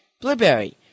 Blueberry